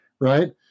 right